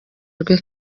rwe